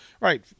right